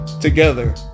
together